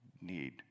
need